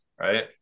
right